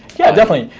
yeah, definitely.